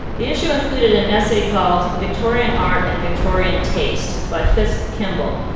the issue included an essay called, victorian art and victorian taste by fisk kimball,